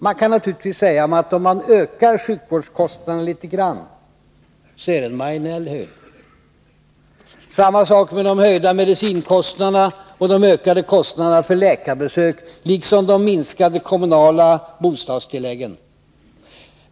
Man kan naturligtvis säga att om man ökar sjukvårdskostnaderna lite grann, så är det en marginell höjning. Samma sak med de höjda medicinkostnaderna och de ökade kostnaderna för läkarbesök, liksom de minskade kommunala bostadstilläggen.